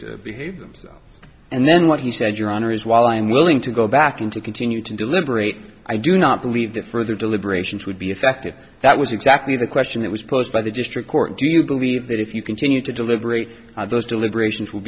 to behave themselves and then what he said your honor is while i'm willing to go back in to continue to deliberate i do not believe that further deliberations would be effective that was exactly the question that was posed by the district court do you believe that if you continue to deliberate those deliberations will